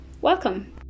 welcome